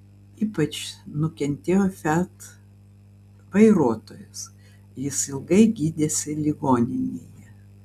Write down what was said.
ypač nukentėjo fiat vairuotojas jis ilgai gydėsi ligoninėje